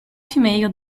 female